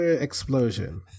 explosion